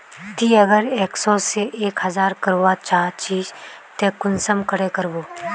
ती अगर एक सो से एक हजार करवा चाँ चची ते कुंसम करे करबो?